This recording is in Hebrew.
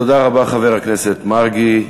תודה רבה, חבר הכנסת מרגי.